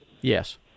Yes